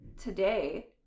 today